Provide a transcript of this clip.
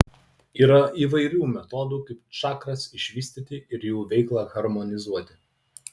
yra įvairių metodų kaip čakras išvystyti ir jų veiklą harmonizuoti